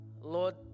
Lord